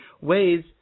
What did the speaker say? ways